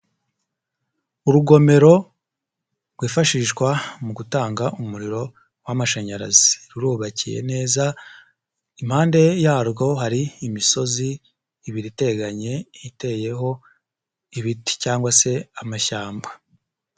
Urugomero rwifashishwa mu gutanga umuriro w'amashanyarazi, rurubakiye neza, impande yarwo hari imisozi ibiri iteganye iteyeho ibiti cyangwag se amashyamba.